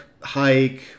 hike